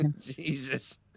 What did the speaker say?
Jesus